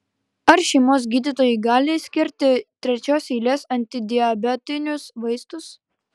ar šeimos gydytojai gali skirti trečios eilės antidiabetinius vaistus